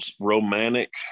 romantic